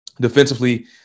Defensively